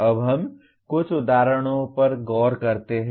अब हम कुछ उदाहरणों पर गौर करते हैं